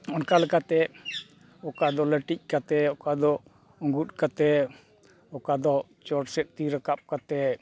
ᱚᱱᱠᱟ ᱞᱮᱠᱟᱛᱮ ᱚᱠᱟ ᱫᱚ ᱞᱟᱹᱴᱤᱡ ᱠᱛᱮᱫ ᱚᱠᱟᱫᱚ ᱩᱸᱜᱩᱫ ᱠᱟᱛᱮᱫ ᱚᱠᱟ ᱫᱚ ᱪᱚᱴ ᱥᱮᱫ ᱛᱤ ᱨᱟᱠᱟᱵ ᱠᱟᱛᱮᱫ